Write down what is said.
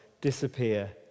disappear